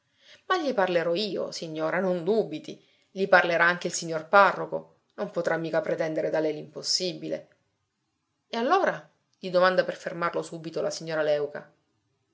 ma gli parlerò io signora non dubiti gli parlerà anche il signor parroco non potrà mica pretendere da lei l'impossibile e allora gli domanda per fermarlo subito la signora léuca